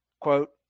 quote